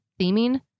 theming